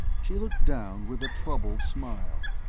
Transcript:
she looked down with a troubled smile.